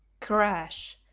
crash!